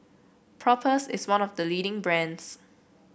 Propass is one of the leading brands